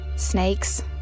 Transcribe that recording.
Snakes